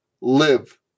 live